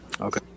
Okay